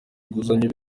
inguzanyo